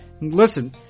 Listen